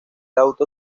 auto